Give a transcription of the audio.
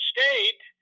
State